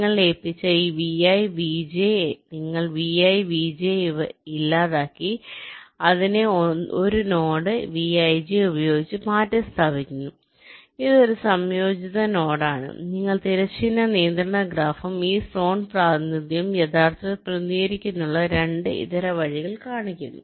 നിങ്ങൾ ലയിപ്പിച്ച ഈ Vi Vj നിങ്ങൾ Vi Vj എന്നിവ ഇല്ലാതാക്കി അതിനെ 1 നോഡ് Vij ഉപയോഗിച്ച് മാറ്റിസ്ഥാപിക്കുന്നു ഇതൊരു സംയോജിത നോഡാണ് നിങ്ങൾ തിരശ്ചീന നിയന്ത്രണ ഗ്രാഫും ഈ സോൺ പ്രാതിനിധ്യവും യഥാർത്ഥത്തിൽ പ്രതിനിധീകരിക്കുന്നതിനുള്ള 2 ഇതര വഴികൾ കാണുന്നു